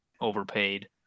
overpaid